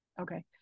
okay